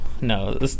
no